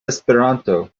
esperanto